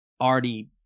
already